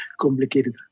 complicated